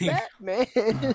Batman